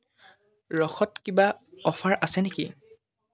ৰসত কিবা অ'ফাৰ আছে নেকি